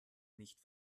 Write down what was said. nicht